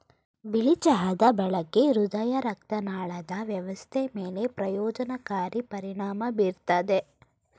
ಬಿಳಿ ಚಹಾದ ಬಳಕೆ ಹೃದಯರಕ್ತನಾಳದ ವ್ಯವಸ್ಥೆ ಮೇಲೆ ಪ್ರಯೋಜನಕಾರಿ ಪರಿಣಾಮ ಬೀರ್ತದೆ